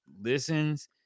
listens